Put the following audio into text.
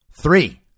Three